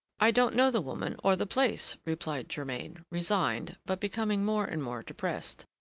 i don't know the woman or the place, replied germain, resigned, but becoming more and more depressed.